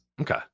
Okay